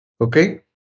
Okay